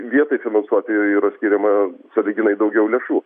vietai finansuoti yra skiriama sąlyginai daugiau lėšų